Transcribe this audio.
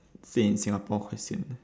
stay in singapore quite sian